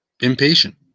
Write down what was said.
impatient